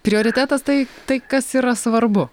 prioritetas tai tai kas yra svarbu